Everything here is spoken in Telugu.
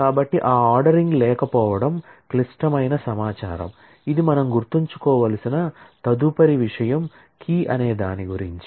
కాబట్టి ఆ ఆర్డరింగ్ అనే దాని గురించి